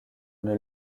une